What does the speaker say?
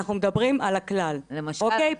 לא, אנחנו מדברים על הכלל, אוקיי?